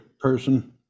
person